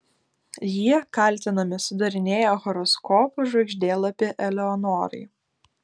jie kaltinami sudarinėję horoskopo žvaigždėlapį eleonorai